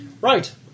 Right